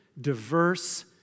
diverse